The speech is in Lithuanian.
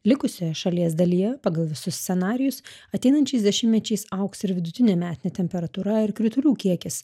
likusioje šalies dalyje pagal visus scenarijus ateinančiais dešimtmečiais augs ir vidutinė metinė temperatūra ir kritulių kiekis